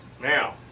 Now